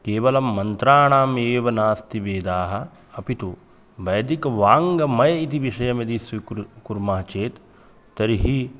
केवलं मन्त्राणाम् एव नास्ति वेदाः अपि तु वैदिकवाङ्मयम् इति विषयं यदि स्वीकृर्मः कुर्मः चेत् तर्हि